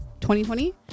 2020